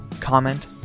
comment